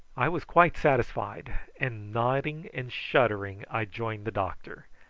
i was quite satisfied, and nodding and shuddering i joined the doctor,